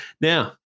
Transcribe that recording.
Now